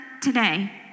today